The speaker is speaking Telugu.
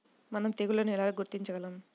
మనం తెగుళ్లను ఎలా గుర్తించగలం?